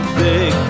big